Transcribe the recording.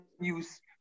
use